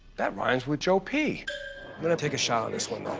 that rhymes with joe p. i'm gonna take a shot on this one.